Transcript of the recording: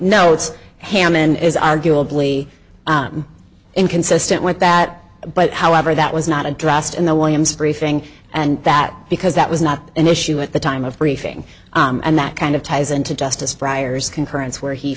notes hammon is arguably inconsistent with that but however that was not addressed in the williams briefing and that because that was not an issue at the time of briefing and that kind of ties into justice fryers concurrence where he